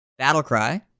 Battlecry